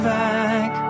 back